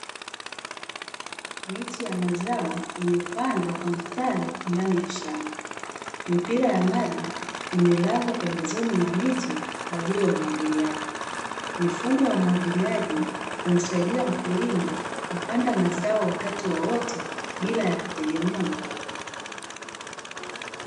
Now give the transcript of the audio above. Miche ya mazao imepandwa kwa mstari ndani ya shamba, mipira ya maji imelazwa pembezoni mwa miti kwa ajili ya umwagiliaji. Mifumo ya umwagiliaji humsaidia mkulima kupanda mazao wakati wowote bila ya kutegemea mvua.